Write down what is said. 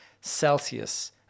Celsius